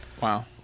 wow